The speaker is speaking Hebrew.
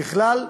ככלל,